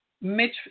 Mitch